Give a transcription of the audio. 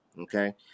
okay